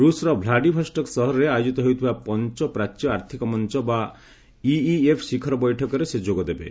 ରୁଷର ଭ୍ଲାଡିଭଷକ୍ ସହରରେ ଆୟୋଜିତ ହେଉଥିବା ପଞ୍ଚ ପ୍ରାଚ୍ୟ ଆର୍ଥିକ ମଞ୍ଚ ବା ଇଇଏଫ୍ ଶିଖର ବୈଠକରେ ସେ ଯୋଗ ଦେବେ